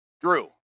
Drew